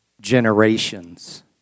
generations